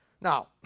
Now